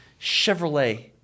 Chevrolet